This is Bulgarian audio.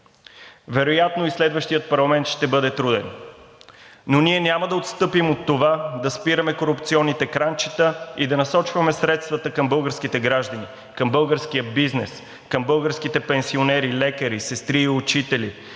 Вероятно и следващият парламент ще бъде труден, но ние няма да отстъпим от това да спираме корупционните кранчета и да насочваме средствата към българските граждани, към българския бизнес, към българските пенсионери, лекари, сестри и учители,